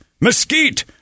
mesquite